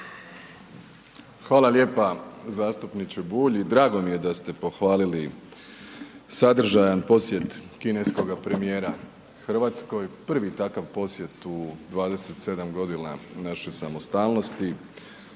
Hvala lijepa zastupniče Bulj i drago mi je da ste pohvalili sadržajan posjet kineskoga premijera Hrvatskoj, prvi takav posjet u 27 u našoj samostalnosti,